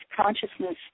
consciousness